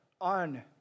on